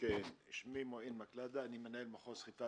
שמי מועין מקלדה, אני מנהל מחוז חיפה